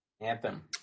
Anthem